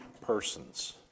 persons